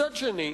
מצד שני,